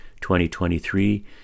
2023